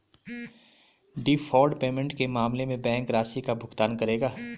deferred payment के मामले में बैंक राशि का भुगतान करेगा